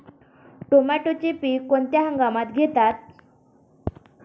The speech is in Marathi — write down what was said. टोमॅटोचे पीक कोणत्या हंगामात घेतात?